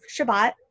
Shabbat